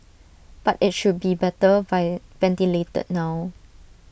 but IT should be better ventilated now